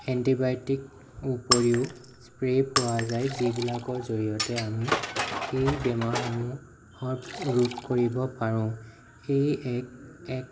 antibiotic ওপৰিও spray পোৱা যায় যিবিলাকৰ জড়িয়তে আমি সেই বেমাৰসমূহৰ ৰোধ কৰিব পাৰোঁ সেই এক